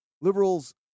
liberals